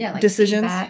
decisions